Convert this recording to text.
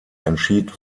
entschied